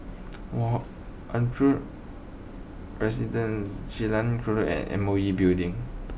Andre Residence Jalan and M O E Building